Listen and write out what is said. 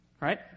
Right